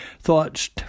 thoughts